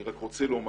אני רוצה לומר